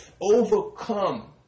overcome